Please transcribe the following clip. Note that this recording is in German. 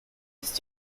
ist